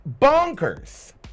bonkers